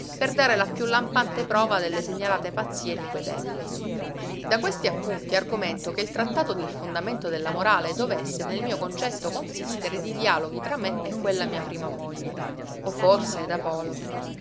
per dare la piú lampante prova delle segnalate pazzie di quei tempi da questi appunti argomento che il trattato del fondamento della morale dovesse nel mio concetto consistere di dialoghi tra me e quella mia prima moglie o forse d'apologhi